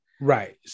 Right